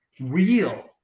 real